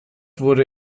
wurde